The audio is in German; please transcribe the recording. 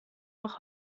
noch